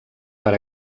per